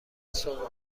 صبحونه